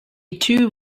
two